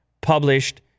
published